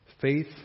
Faith